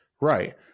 right